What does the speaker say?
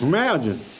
Imagine